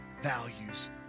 values